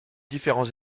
différents